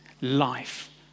life